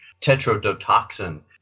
tetrodotoxin